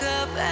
up